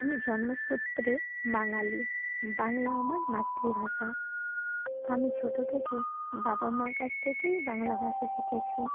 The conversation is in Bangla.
আমি জন্মসূত্রে বাঙালি বাংলা আমার মাতৃভাষা আমি ছোটো থেকে বাবা মার কাছ থেকেই বাংলা ভাষা শিখেছি